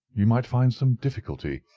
you might find some difficulty,